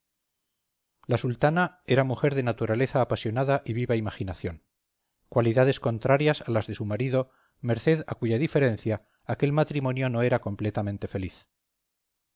la sultana era mujer de naturaleza apasionada y viva imaginación cualidades contrarias a las de su marido merced a cuya diferencia aquel matrimonio no era completamente feliz